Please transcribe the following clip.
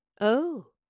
Oh